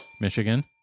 Michigan